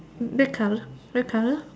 black colour black colour